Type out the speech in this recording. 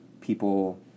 people